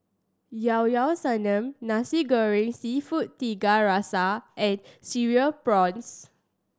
Llao Llao Sanum Nasi Goreng Seafood Tiga Rasa and Cereal Prawns